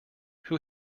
who